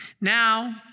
Now